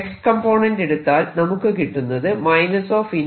X component എടുത്താൽ നമുക്ക് കിട്ടുന്നത് എന്നാണ്